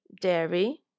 dairy